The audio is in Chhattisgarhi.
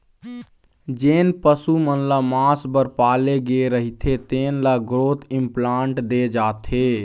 जेन पशु मन ल मांस बर पाले गे रहिथे तेन ल ग्रोथ इंप्लांट दे जाथे